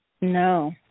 No